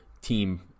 team